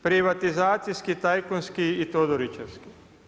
Privatizacijski, tajkunski i Todorićevski.